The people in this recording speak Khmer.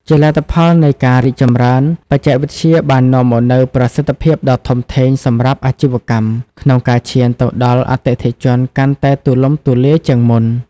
ជាលទ្ធផលនៃការរីកចម្រើនបច្ចេកវិទ្យាបាននាំមកនូវ ប្រសិទ្ធភាពដ៏ធំធេងសម្រាប់អាជីវកម្ម ក្នុងការឈានទៅដល់អតិថិជនកាន់តែទូលំទូលាយជាងមុន។